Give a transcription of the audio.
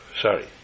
Sorry